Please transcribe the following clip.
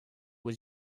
was